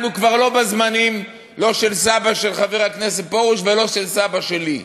אנחנו כבר לא בזמנים לא של סבא של חבר הכנסת פרוש ולא של סבא שלי.